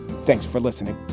thanks for listening